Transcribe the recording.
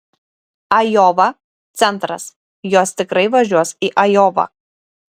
ajova centras jos tikrai važiuos į ajovą